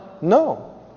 No